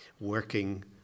working